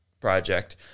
project